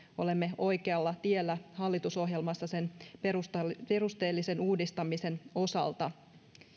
olemme oikealla tiellä hallitusohjelmassa sen perusteellisen perusteellisen uudistamisen osalta